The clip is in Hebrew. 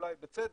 אולי בצדק,